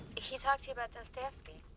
he talked to you about dostoyevsky.